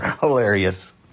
Hilarious